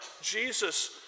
Jesus